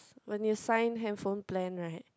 when you sign handphone plan right